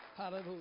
Hallelujah